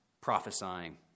prophesying